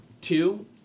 Two